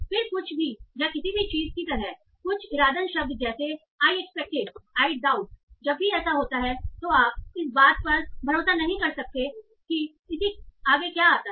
फिर कुछ भी या किसी भी चीज की तरह कुछ इरादतन शब्द जैसे आई एक्सपेक्टेड आई डाउट जब भी ऐसा होता है तो आप इस बात पर भरोसा नहीं कर सकते कि इसके आगे क्या आता है